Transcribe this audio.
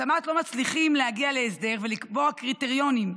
בתמ"ת לא מצליחים להגיע להסדר ולקבוע קריטריונים,